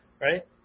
right